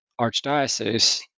archdiocese